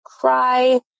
cry